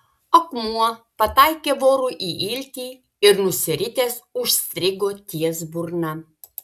akmuo pataikė vorui į iltį ir nusiritęs užstrigo ties burna